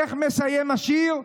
איך מסיים השיר?